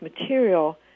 material